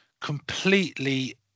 completely